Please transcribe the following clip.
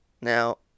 Now